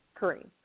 Kareem